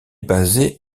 basé